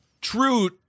true